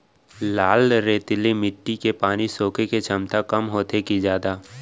लाल रेतीली माटी के पानी सोखे के क्षमता कम होथे की जादा?